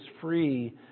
free